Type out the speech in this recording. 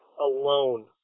alone